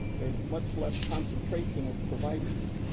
there's much less concentration of providers